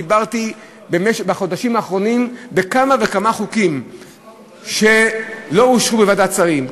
דיברתי בחודשים האחרונים בכמה וכמה חוקים שלא אושרו בוועדת השרים,